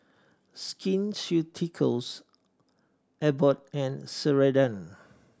Skin Ceuticals Abbott and Ceradan